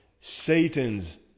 Satan's